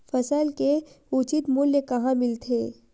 फसल के उचित मूल्य कहां मिलथे?